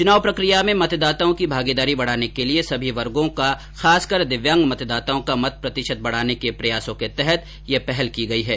चुनाव प्रकिया में मतदाताओं की भागीदारी बढाने के लिए सभी वर्गों खासकर दिव्यांग मतदाताओं का मत प्रतिशत बढ़ाने के प्रयासों के तहत यह पहल की गयी है